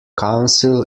council